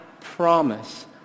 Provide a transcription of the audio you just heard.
promise